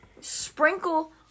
sprinkle